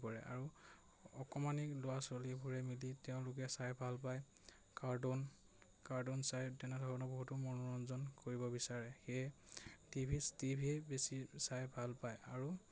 কৰে আৰু অকমানি ল'ৰা ছোৱালীবোৰে মিলি তেওঁলোকে চাই ভাল পায় কাৰ্টুন কাৰ্টুন চাই তেনেধৰণৰ বহুতো মনোৰঞ্জন কৰিব বিচাৰে সেয়ে টিভি টিভিয়ে বেছি চাই ভাল পায় আৰু